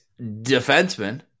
defenseman